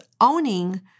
owning